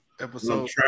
episode